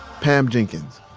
pam jenkins,